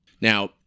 Now-